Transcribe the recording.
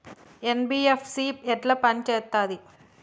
NBFC ఎట్ల పని చేత్తది?